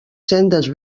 sendes